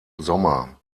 sommer